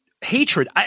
hatred